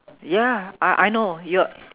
ya I I know you're